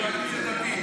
חבר הכנסת לפיד,